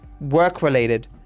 work-related